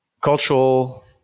cultural